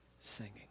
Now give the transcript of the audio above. singing